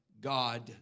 God